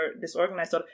disorganized